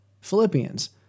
Philippians